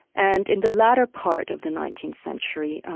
and in the latter part of the nineteenth century,